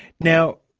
now,